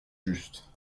juste